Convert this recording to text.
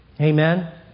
Amen